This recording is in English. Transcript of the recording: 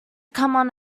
come